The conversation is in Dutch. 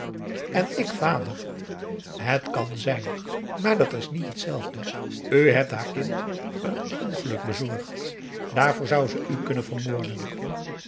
en ik vader het kan zijn maar dat is niet hetzelfde u hebt haar kind een ongeluk bezorgd daarvoor zou ze u kunnen vermoorden